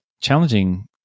challenging